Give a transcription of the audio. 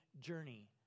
journey